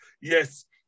Yes